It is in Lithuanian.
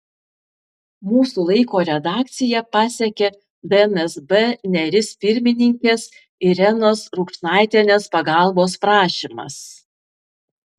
mūsų laiko redakciją pasiekė dnsb neris pirmininkės irenos rukšnaitienės pagalbos prašymas